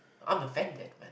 I'm offended man